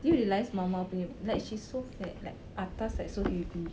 do you realise mama punya like she's so fat like atas like so heavy